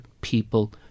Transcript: people